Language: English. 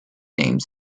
names